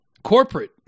corporate